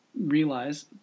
realize